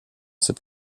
cette